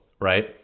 right